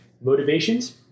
Motivations